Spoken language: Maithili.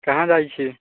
कहाँ जाइ छिए